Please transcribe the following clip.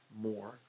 more